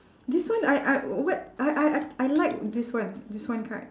this one I I what I I I I like this one this one card